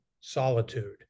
solitude